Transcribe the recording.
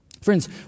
Friends